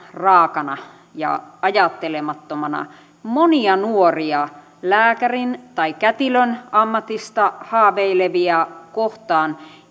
raakana ja ajattelemattomana monia nuoria lääkärin tai kätilön ammatista haaveilevia kohtaan